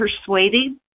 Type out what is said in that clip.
persuading